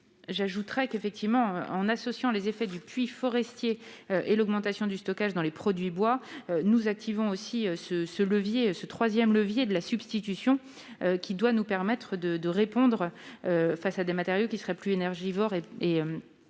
J'ajoute que, en associant les effets du puits forestier et l'augmentation du stockage des produits bois, nous activons aussi ce troisième levier de la substitution, qui doit nous permettre de répondre aux matériaux plus énergivores et aux